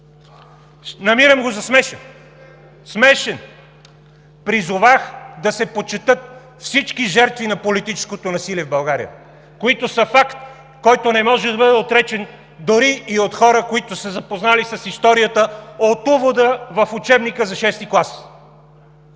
намирам го за смешен. Смешен! Призовах да се почетат всички жертви на политическото насилие в България, които са факт, който не може да бъде отречен дори и от хора, които са се запознали с историята от увода в учебника за шести клас.